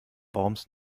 worms